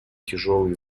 тяжелый